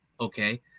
okay